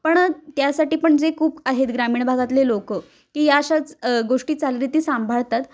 पण त्यासाठी पण जे खूप आहेत ग्रामीण भागातले लोकं की या अशाच गोष्टी चालीरीती सांभाळतात